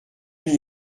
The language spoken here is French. n’y